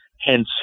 hence